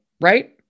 right